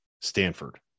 Stanford